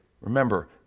Remember